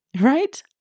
right